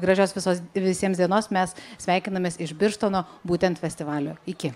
gražios visos visiems dienos mes sveikinamės iš birštono būtent festivalio iki